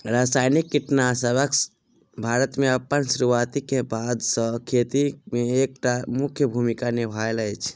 रासायनिक कीटनासकसब भारत मे अप्पन सुरुआत क बाद सँ खेती मे एक टा मुख्य भूमिका निभायल अछि